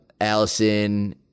Allison